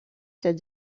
that